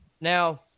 Now